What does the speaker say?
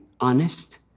honest